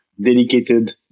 dedicated